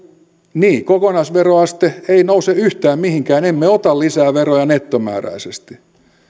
niin kokonaisveroaste ei nouse yhtään mihinkään emme ota lisää veroja nettomääräisesti